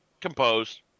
composed